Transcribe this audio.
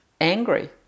angry